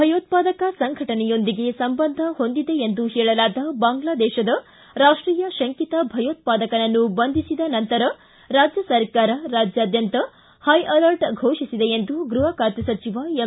ಭಯೋತ್ಪಾದಕ ಸಂಘಟನೆಯೊಂದಿಗೆ ಸಂಬಂಧ ಹೊಂದಿದೆಯೆಂದು ಹೇಳಲಾದ ಬಾಂಗ್ಲಾದೇಶದ ರಾಷ್ಟೀಯ ಶಂಕಿತ ಭಯೋತ್ಪಾದಕನನ್ನು ಬಂಧಿಸಿದ ನಂತರ ರಾಜ್ಯ ಸರ್ಕಾರ ರಾಜ್ಯಾದ್ಯಂತ ಹೈ ಅಲರ್ಟ್ ಘೋಷಿಸಿದೆ ಎಂದು ಗೃಹ ಖಾತೆ ಸಚಿವ ಎಂ